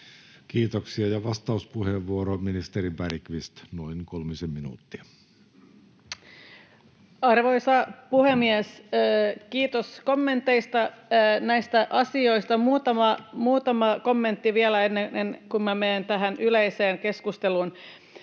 Kiitoksia. — Ja vastauspuheenvuoro, ministeri Bergqvist, noin kolmisen minuuttia. Arvoisa puhemies! Kiitos kommenteista näihin asioihin. Muutama kommentti vielä ennen kuin minä menen tähän yleiseen keskusteluun.